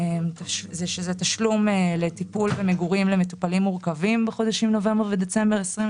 שזה תשלום לטיפול במגורים למטופלים מורכבים בחודשים נובמבר ודצמבר 2020,